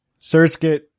Surskit